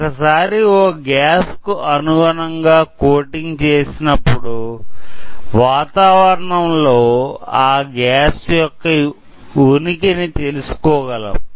ఒకసారి ఓ గ్యాస్ కు అనుగుణం గా కోటింగ్ చేసినప్పుడు వాతావరణం లో ఆ గ్యాస్ యొక్క ఉనికిని తెలుసుకోగలం